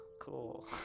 cool